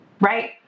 Right